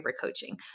coaching